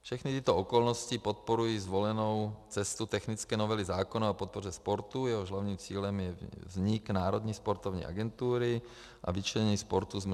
Všechny tyto okolnosti podporují zvolenou cestu technické novely zákona o podpoře sportu, jehož hlavním cílem je vznik Národní sportovní agentury a vyčlenění sportu z MŠMT.